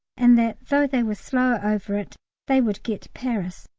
and that though they were slow over it they would get paris,